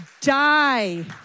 Die